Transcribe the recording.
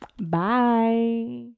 bye